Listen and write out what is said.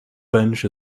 bench